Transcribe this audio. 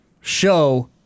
show